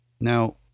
Now